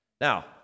Now